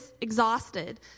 exhausted